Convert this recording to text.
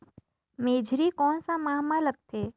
मेझरी कोन सा माह मां लगथे